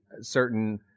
certain